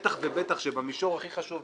ובטח ובטח שבמישור הכי חשוב,